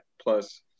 plus